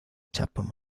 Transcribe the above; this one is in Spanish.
chapman